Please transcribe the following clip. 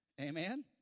Amen